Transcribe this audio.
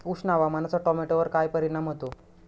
उष्ण हवामानाचा टोमॅटोवर काय परिणाम होतो?